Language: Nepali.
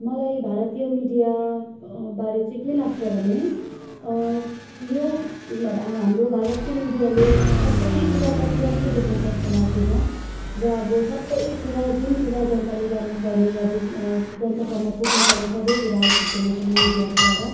मलाई भारतीय मिडियाबारे चाहिँ के लाग्छ भने यो हाम्रो भारतको मिडियाले सबै कुरा तथ्य मात्रै देखाउँछ जस्तो लाग्दैन र अब सबै कुरा जुन कुरा जनताले जान्नुपर्ने या बुझ्नु जनतासम्म पुग्नुपर्ने सबै कुरा आइपुग्दैन पनि मिडियाद्वारा